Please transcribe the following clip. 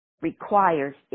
requires